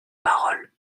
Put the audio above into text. parole